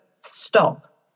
stop